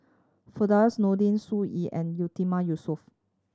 Firdaus Nordin Sun Yee and Yatiman Yusof